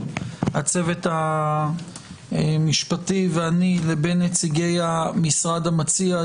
הצוות המשפטי ואני לבין נציגי המשרד המציע,